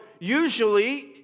usually